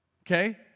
Okay